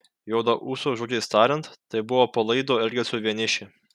juodaūsio žodžiais tariant tai buvo palaido elgesio vienišė